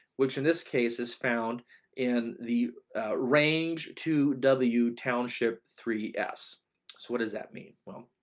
which in this case is found in the range to w township three s what does that mean? well,